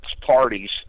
parties